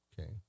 Okay